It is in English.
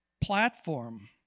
platform